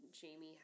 Jamie